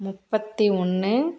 முப்பத்தி ஒன்று